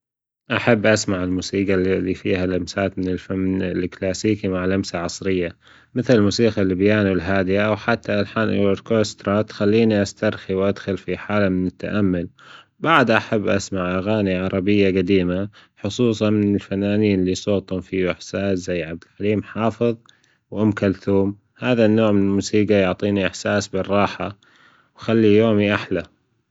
أحب أسمع الموسيجى اللي فيها لمسات من الفن الكلاسيكي مع لمسة عصرية مثلا موسيقى البيانو الهادئة وحتى ألحان ايفور كوسترا تخليني أسترخي وأدخل في حالة من التأمل، بعدها أحب أسمع أغاني عربية جديمة خصوصا من الفنانين اللي صوتهم فيه إحساس زي عبد الحليم حافظ وأم كلثوم، هذا النوع من الموسيجى يعطيني إحساس بالراحة وخلي يومي أحلى.